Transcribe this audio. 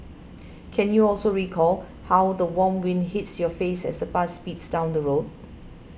can you also recall how the warm wind hits your face as the bus speeds down the road